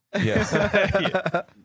Yes